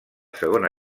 segona